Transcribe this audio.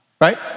right